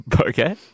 Okay